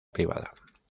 privada